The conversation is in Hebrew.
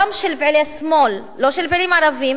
גם היא של פעילי שמאל, לא של פעילים ערבים,